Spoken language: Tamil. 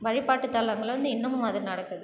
வழிபாட்டுத்தளங்களில் வந்து இன்னுமும் அது நடக்குது